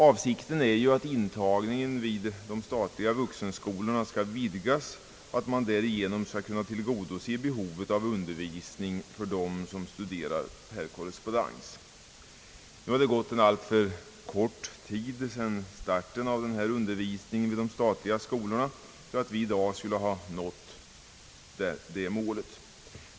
Avsikten är ju att intagningen vid de statliga vuxenskolorna skall vidgas och att man därigenom skall kunna tillgodose behovet av undervisning för dem som studerar per korrespondens. Det har gått en alltför kort tid sedan starten av denna undervisning vid de statliga skolorna för att vi i dag skulle ha nått det målet.